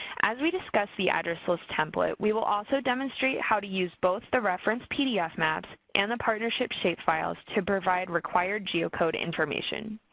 as we discuss the address list template, we will also demonstrate how to use both the reference pdf maps and the partnership shapefiles to provide required geocode information.